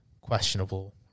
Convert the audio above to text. questionable